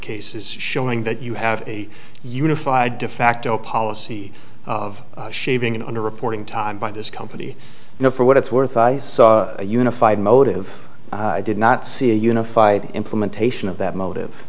cases showing that you have a unified defacto policy of shaving under reporting time by this company no for what it's worth i saw a unified motive i did not see a unified implementation of that motive